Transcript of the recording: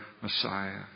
Messiah